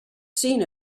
seen